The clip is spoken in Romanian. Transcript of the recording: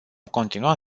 continua